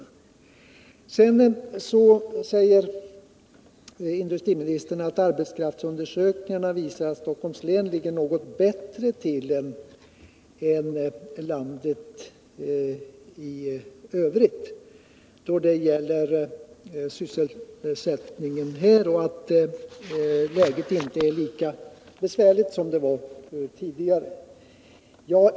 Sedan säger industriministern att arbetskraftsundersökningarna visar att Stockholms län ligger något bättre till än landet i övrigt då det gäller sysselsättningen och att läget inte är lika besvärligt som tidigare.